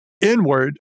inward